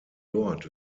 dort